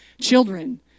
children